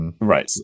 Right